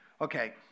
Okay